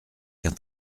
qu’un